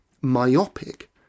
myopic